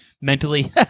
mentally